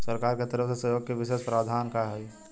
सरकार के तरफ से सहयोग के विशेष प्रावधान का हई?